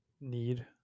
need